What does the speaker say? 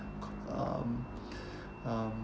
um um